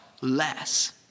less